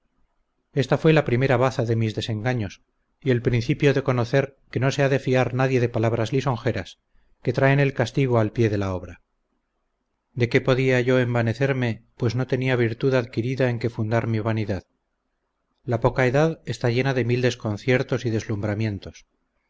esta fué la primera baza de mis desengaños y el principio de conocer que no se ha de fiar nadie de palabras lisonjeras que traen el castigo al pie de la obra de qué podía yo envanecerme pues no tenía virtud adquirida en que fundar mi vanidad la poca edad está llena de mil desconciertos y desalumbramientos